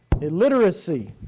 illiteracy